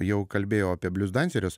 jau kalbėjau apie bliuzdancerius